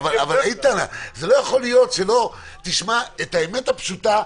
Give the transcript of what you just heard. איתן, לא יכול להיות שלא תשמע את האמת הפשוטה.